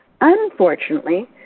Unfortunately